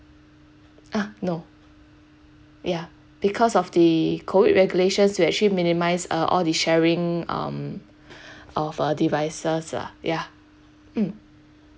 ah no ya because of the COVID regulations we actually minimise uh all the sharing um of uh devices lah ya mm